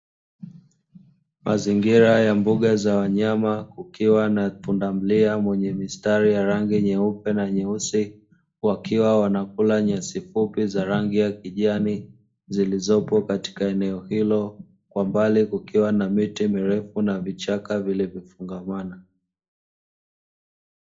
Mazingira ya mbuga za wanyama kukiwa na pundamilia mwenye mistari ya rangi nyeupe na nyeusi, wakiwa wanakula nyasi fupi za rangi ya kijani zilizopo katika eneo hilo; kwa mbali kukiwa na miti mirefu na vichaka vilivyofungamana.